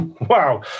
wow